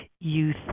youth